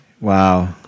Wow